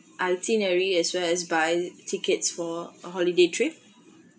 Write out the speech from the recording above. itinerary as well as buy tickets for a holiday trip